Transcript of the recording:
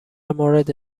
مورد